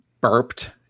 burped